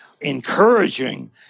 encouraging